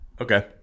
Okay